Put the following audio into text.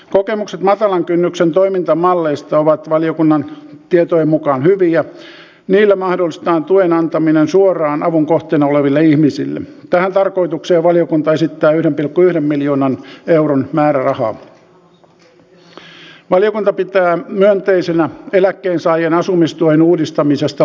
kokemukset matalan kynnyksen toimintamalleista ovat valiokunnan tietojen yliopistot tuottavat tulevaisuuden siemenperunoita jos tutkimuksen laatuun ja tutkijoiden työhyvinvointiin panostetaan mutta helsingin yliopistolla aalto yliopistolla ja ammattikorkeakoulu metropoliassa on kaikissa käynnissä yt neuvottelut